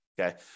Okay